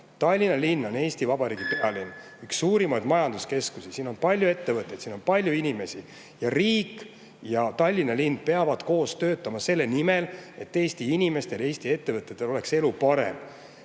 Tallinna linn on Eesti Vabariigi pealinn, üks suurimaid majanduskeskusi, siin on palju ettevõtteid, siin on palju inimesi. Riik ja Tallinna linn peavad koos töötama selle nimel, et Eesti inimestel, Eesti ettevõtetel oleks elu parem.